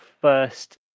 first